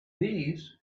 these